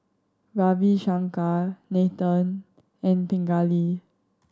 Ravi Shankar Nathan and Pingali